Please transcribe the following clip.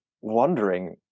wondering